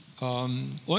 Und